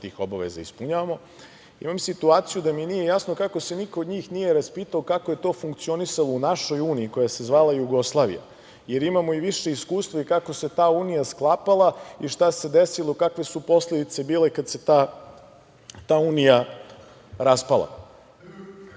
tih obaveza ispunjavamo, imam situaciju da mi nije jasno kako se niko od njih nije raspitao kako je to funkcionisalo u našoj uniji koja se zvala Jugoslavija, jer imamo više iskustva, i kako se ta unija sklapala i šta se desilo, kakve su posledice bile kada se ta unija raspala. Svaka